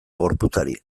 gorputzari